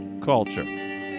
Culture